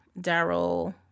Daryl